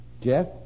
Jeff